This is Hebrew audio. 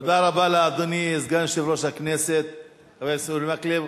תודה רבה לאדוני סגן יושב-ראש הכנסת חבר הכנסת אורי מקלב.